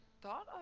thought